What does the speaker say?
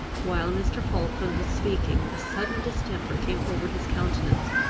while mr. falkland was speaking a sudden distemper came over his countenance,